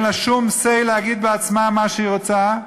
לא שום say להגיד בעצמה מה שהיא רוצה.